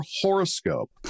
horoscope